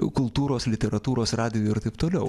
kultūros literatūros radijo ir taip toliau